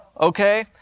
Okay